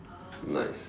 nice